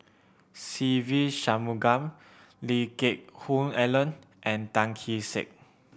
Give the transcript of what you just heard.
Se Ve Shanmugam Lee Geck Hoon Ellen and Tan Kee Sek